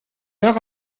leur